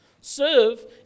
serve